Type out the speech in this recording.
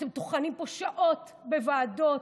אתם טוחנים פה שעות בוועדות,